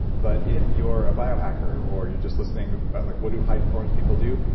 but if you're a biohacker or you're just listening about like what do high performance people do,